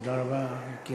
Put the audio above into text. תודה רבה.